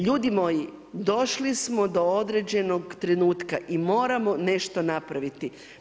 Ljudi moji, došli smo do određenog trenutka i moramo nešto napraviti.